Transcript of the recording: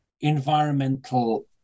environmental